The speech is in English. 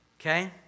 Okay